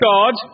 God